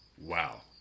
wow